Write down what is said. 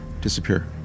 disappear